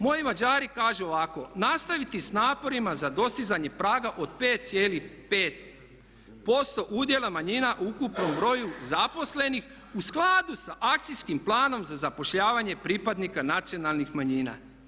Moji Mađari kažu ovako, nastaviti s naporima za dostizanje praga od 5,5% udjela manjina u ukupnom broju zaposlenih u skladu sa Akcijskim planom za zapošljavanje pripadnika nacionalnih manjina.